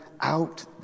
out